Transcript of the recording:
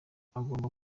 agomba